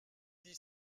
dit